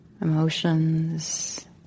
Emotions